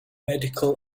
medical